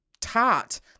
tart